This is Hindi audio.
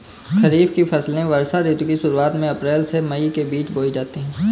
खरीफ की फसलें वर्षा ऋतु की शुरुआत में अप्रैल से मई के बीच बोई जाती हैं